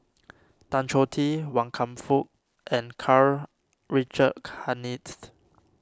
Tan Choh Tee Wan Kam Fook and Karl Richard Hanitsch